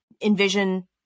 Envision